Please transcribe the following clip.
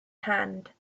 hand